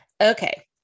Okay